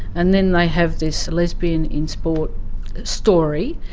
and then they have this lesbian in sport story,